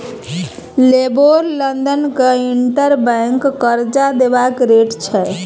LIBOR लंदनक interbank करजा देबाक रेट छै